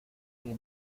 que